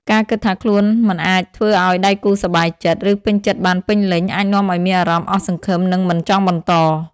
ការគិតថាខ្លួនមិនអាចធ្វើឲ្យដៃគូសប្បាយចិត្ត ឬពេញចិត្តបានពេញលេញ អាចនាំឲ្យមានអារម្មណ៍អស់សង្ឃឹម និងមិនចង់បន្ត។